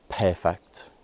perfect